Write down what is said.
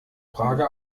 frage